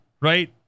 Right